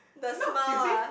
no you see